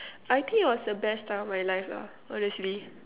I think it was the best time of my life lah honestly